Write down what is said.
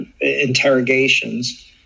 interrogations